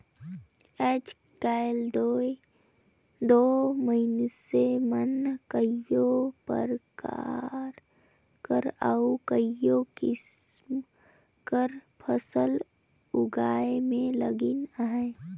आएज काएल दो मइनसे मन कइयो परकार कर अउ कइयो किसिम कर फसिल उगाए में लगिन अहें